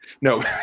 No